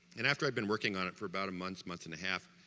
and after i'd been working on it for about a month, month and a half